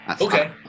Okay